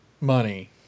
money